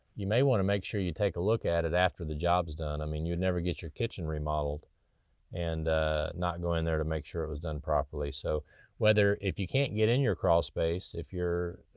you may want to make sure you take a look at it after the job's done. i mean you'd never get your kitchen remodeled and not go in there to make sure it was done properly. so whether, if you can't get in your crawl space, if you're,